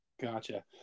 Gotcha